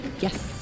Yes